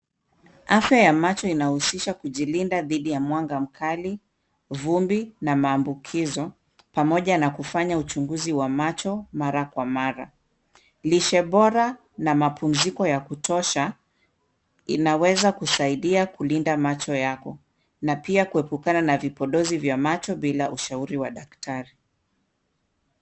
Afya ya macho inahusisha kujilinda dhidi ya mwanga mkali, vumbi na maambukizo pamoja na kufanya uchunguzi wa macho mara kwa mara. Lishe bora na mapumziko ya kutosha inaweza kusaidia kulinda macho yako na pia kuepuka kutokana na vipodozi vya macho bila ushauri wa daktari.